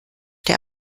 dir